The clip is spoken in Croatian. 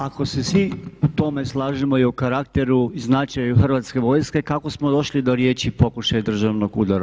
Ako se svi u tome slažemo i o karakteru i značaju Hrvatske vojske kako smo došli do riječi pokušaj državnog udara?